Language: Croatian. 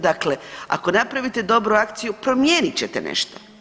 Dakle, ako napravite dobru akciju promijenit ćete nešto.